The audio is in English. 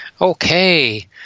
Okay